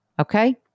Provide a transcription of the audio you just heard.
okay